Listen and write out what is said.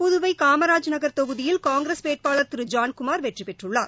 புதுவை காமராஜர் நகர் தொகுதியில் காங்கிரஸ் வேட்பாளர் திரு ஜான்குமார் வெற்றிபெற்றுள்ளார்